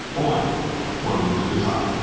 oil floated to the top.